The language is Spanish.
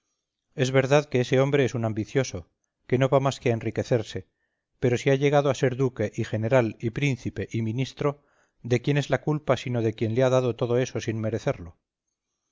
es verdad que ese hombre es un ambicioso que no va más que a enriquecerse pero si ha llegado a ser duque y general y príncipe y ministro de quién es la culpa sino de quien le ha dado todo eso sin merecerlo